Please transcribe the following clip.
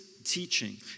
Teaching